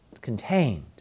contained